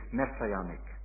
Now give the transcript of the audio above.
messianic